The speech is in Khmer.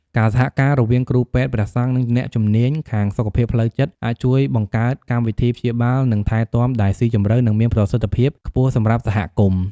ការសហការរវាងគ្រូពេទ្យ ព្រះសង្ឃ និងអ្នកជំនាញខាងសុខភាពផ្លូវចិត្ត អាចជួយបង្កើតកម្មវិធីព្យាបាល និងថែទាំដែលស៊ីជម្រៅ និងមានប្រសិទ្ធភាពខ្ពស់សម្រាប់សហគមន៍។